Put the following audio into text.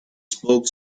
spoke